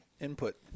Input